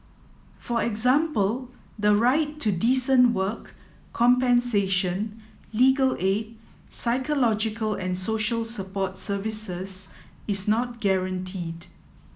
for example the right to decent work compensation legal aid psychological and social support services is not guaranteed